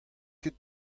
ket